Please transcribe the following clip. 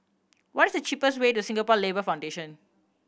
what is the cheapest way to Singapore Labour Foundation